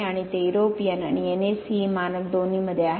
आणि ते युरोपियन आणि NACE मानक दोन्हीमध्ये आहे